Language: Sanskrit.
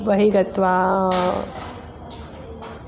बहिः गत्वा